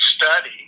study